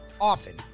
often